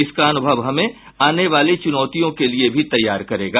इसका अनुभव हमें आने वाली चुनौतियों के लिये भी तैयार करेगा